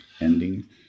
ending